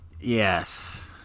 yes